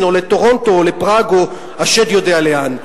או לטורונטו או לפראג או השד יודע לאן.